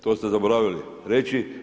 To ste zaboravili reći.